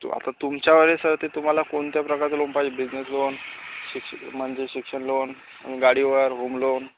तो आता तुमच्यावर आहे सर ते तुम्हाला कोणत्या प्रकारचं लोन पाहिजे बिझनेस लोन शिक्षक म्हणजे शिक्षण लोन गाडीवर होम लोन